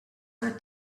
her